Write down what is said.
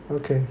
okay